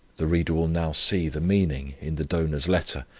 the reader will now see the meaning in the donor's letter,